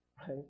right